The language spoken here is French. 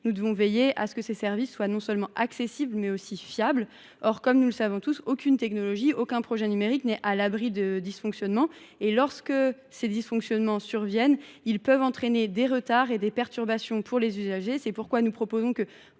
nous devons veiller à ce que ces services soient non seulement accessibles, mais aussi fiables. Or, comme nous le savons tous, aucune technologie, aucun projet numérique n’est à l’abri de dysfonctionnements. Et lorsque ces dysfonctionnements surviennent, ils peuvent entraîner des retards et des perturbations pour les usagers. C’est pourquoi nous proposons qu’en